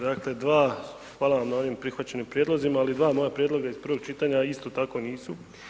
Dakle, dva, hvala vam na ovim prihvaćenim prijedlozima, ali dva moja prijedloga iz prvog čitanja isto tako nisu.